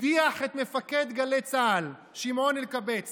הדיח את מפקד גלי צה"ל שמעון אלקבץ